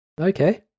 Okay